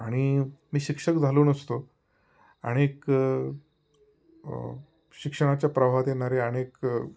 आणि मी शिक्षक झालो नसतो आणि शिक्षणाच्या प्रवाहात येणारे अनेक